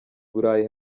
burayi